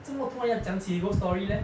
这么突然讲起 ghost story leh